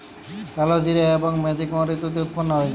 কালোজিরা এবং মেথি কোন ঋতুতে উৎপন্ন হয়?